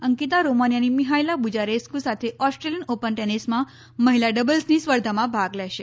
અંકિતા રોમાનિયાની Mihaela Buzarnescu સાથે Australian Open ટેનિસમાં મહિલા ડબલ્સની સ્પર્ધામાં ભાગ લેશે